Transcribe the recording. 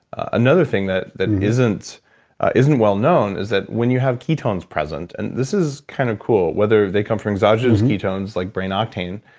another thing that that isn't isn't well-known is that when you have ketones present, and this is kind of cool. whether they come from exogenous and ketones, like brain octane,